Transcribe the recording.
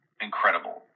incredible